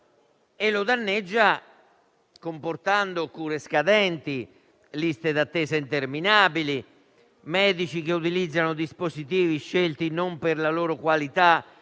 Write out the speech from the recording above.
Lo danneggia comportando cure scadenti, liste d'attesa interminabili, medici che utilizzano dispositivi scelti non per la loro qualità,